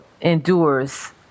endures